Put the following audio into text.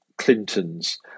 Clinton's